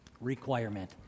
requirement